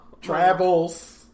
Travels